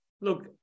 look